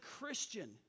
Christian